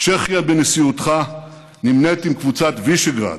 צ'כיה בנשיאותך נמנית עם קבוצת וישגרד,